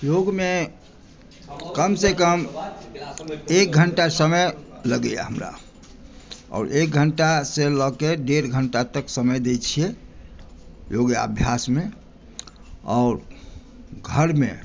योगमे कम से कम एक घण्टा समय लगैया हमरा आओर एक घण्टा सॅं लऽ के डेढ़ घण्टा तक समय दै छियै योगाभ्यासमे आओर घरमे